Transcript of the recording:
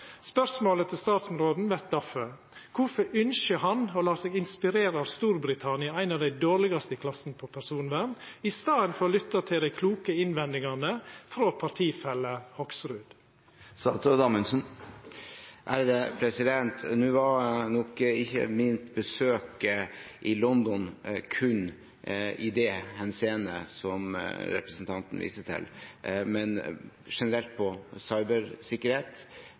Spørsmålet til statsråden vert difor: Kvifor ynskjer han å lata seg inspirera av Storbritannia, ein av dei dårlegaste i klassen når det gjeld personvern, i staden for å lytta til dei kloke innvendingane frå partifelle Hoksrud? Nå var nok ikke mitt besøk i London kun i det henseendet som representanten viser til, men generelt